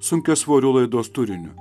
sunkiasvoriu laidos turiniu